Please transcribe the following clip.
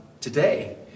today